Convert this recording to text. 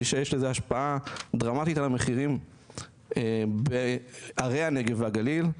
ויש לזה השפעה דרמטית על המחירים בערי הנגב והגליל,